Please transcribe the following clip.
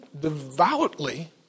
devoutly